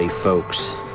folks